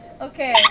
Okay